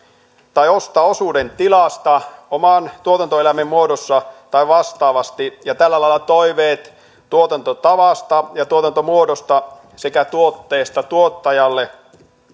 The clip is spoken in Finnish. tai ostaa osuuden tilasta oman tuotantoeläimen muodossa tai vastaavasti ja tällä lailla välittää toiveet tuotantotavasta ja tuotantomuodosta sekä tuotteesta tuottajalle